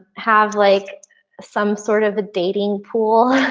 have like some sort of a dating pool.